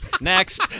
Next